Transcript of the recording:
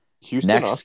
Houston